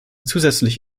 zusätzlich